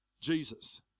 Jesus